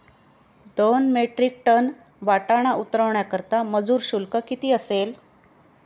दोन metric ton वाटाणा उतरवण्याकरता मजूर शुल्क किती असेल?